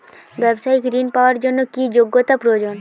ব্যবসায়িক ঋণ পাওয়ার জন্যে কি যোগ্যতা প্রয়োজন?